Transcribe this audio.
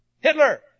Hitler